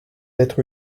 être